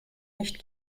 nicht